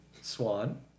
Swan